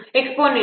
51